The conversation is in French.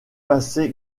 passé